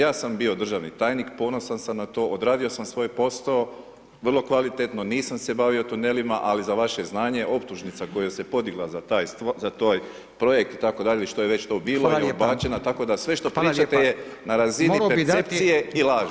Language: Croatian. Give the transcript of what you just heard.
Ja sam bio državni tajnik, ponosan sam na to, odradio sam svoj posao vrlo kvalitetno, nisam se bavio tunelima, ali za vaše znanje optužnica koja se podigla za taj projekt itd. ili što je već to bilo [[Upadica: Hvala lijepa]] je odbačena, tako da sve [[Upadica: Hvala lijepa]] što pričate je na razini [[Upadica: Morao bi dati]] percepcije i laži.